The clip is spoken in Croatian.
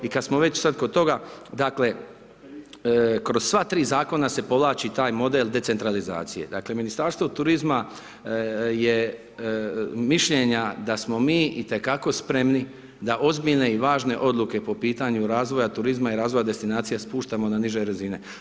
I kad smo već sad kod toga, dakle kroz sva tri zakona se povlači taj model decentralizacije, dakle Ministarstvo turizma je mišljenja da smo mi itekako spremni da ozbiljne i važne odluke po pitanju turizma i razvoja destinacija spuštamo na niže razine.